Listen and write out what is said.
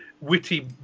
witty